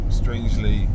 strangely